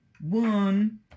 One